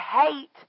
hate